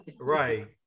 Right